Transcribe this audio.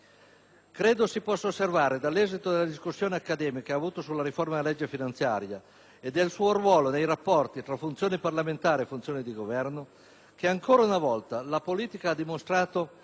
Credo si possa osservare dall'esito della discussione accademica avuto sulla riforma della legge finanziaria e del suo ruolo nei rapporti tra funzione parlamentare e funzione di Governo, che ancora una volta la politica ha dimostrato